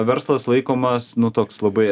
verslas laikomas nu toks labai